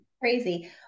Crazy